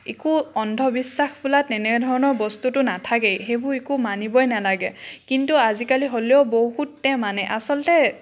একো অন্ধবিশ্বাস বোলা তেনে ধৰণৰ বস্তুটো নাথাকেই সেইবোৰ একো মানিবই নালাগে কিন্তু আজিকালি হ'লেও বহুতেই মানে আচলতে